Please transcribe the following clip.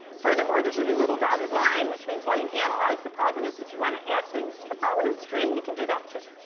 furthermore, there's a new little dotted line, which means while you analyze the provenance, if you want to add things to the provenance stream, you can do that too.